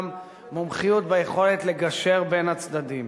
גם מומחיות ביכולת לגשר בין הצדדים.